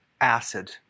acid